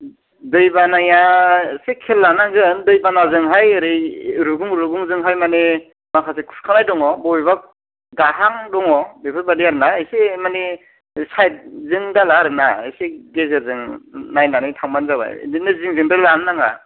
दैबानाया एसे खेल लानांगोन दैबानाजोंहाय ओरै रुगुं रुगुंजोंहाय माने माखासे खुरखानाय दङ बबेबा गाहां दङ बेफोरबायदि आरो ना एसे माने साइडजों दाला आरोना एसे गेजेरजों नायनानै थांबानो जाबाय बिदिनो जिंजों दा लानो नाङा